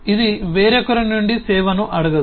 ఇది వేరొకరి నుండి సేవను అడగదు